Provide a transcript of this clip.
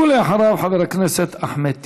ואחריו, חבר הכנסת אחמד טיבי.